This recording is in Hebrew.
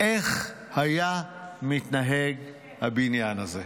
איך היה מתנהג הבניין הזה?